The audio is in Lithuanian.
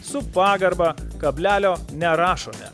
su pagarba kablelio nerašome